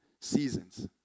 seasons